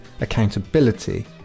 accountability